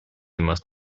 must